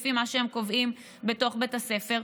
לפי מה שהם קובעים בתוך בית הספר.